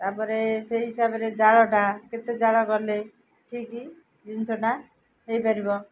ତା'ପରେ ସେ ହିସାବରେ ଜାଳଟା କେତେ ଜାଳ ଗଲେ ଠିକ୍ ଜିନିଷଟା ହୋଇପାରିବ